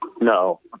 No